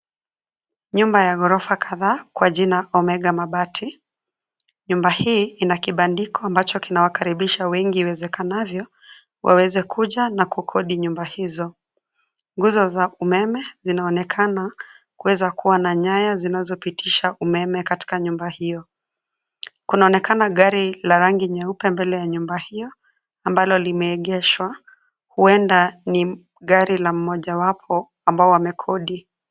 Nyumba ya gorofa kadhaa kwa jina Omega Mabati. Nyumba hii ina kibandiko ambacho kinawakaribisha wengi iwezekanavyo, waweze kuja na kukodi nyumba hizo. Nguzo za umeme zinaonekana kuweza kuwa na nyaya zinazopitisha umeme katika nyumba hiyo. Kunaonekana gari la rangi nyeupe, mbele ya nyumba hiyo ambalo limeegeshwa. Huenda ni gari la mmojawapo ambao wamekodi.